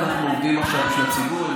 אנחנו עובדים עכשיו בשביל הציבור.